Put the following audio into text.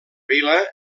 vila